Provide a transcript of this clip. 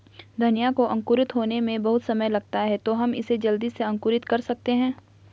धनिया को अंकुरित होने में बहुत समय लगता है तो हम इसे जल्दी कैसे अंकुरित कर सकते हैं?